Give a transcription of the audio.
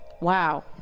wow